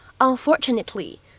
unfortunately